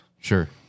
sure